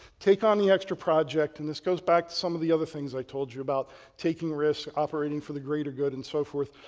take on the extra project and this goes back to some of the other things i told you about taking risk, operating for the greater good and so forth.